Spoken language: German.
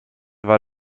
war